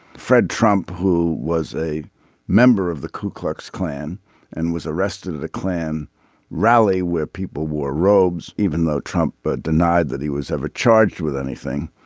fred trump who was a member of the ku klux klan and was arrested at a klan rally where people were robes even though trump but denied that he was ever charged with anything.